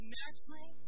natural